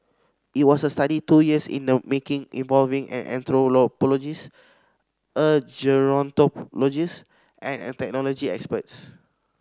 it was a study two years in the making involving an anthropologist a gerontologist and a technology experts